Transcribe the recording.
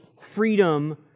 freedom